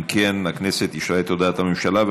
אם כן, הכנסת אישרה את הודעת הממשלה.